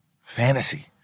Fantasy